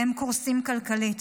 והם קורסים כלכלית.